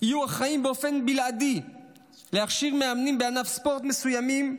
יהיו אחראים באופן בלעדי להכשיר מאמנים בענף ספורט מסוים,